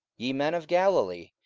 ye men of galilee,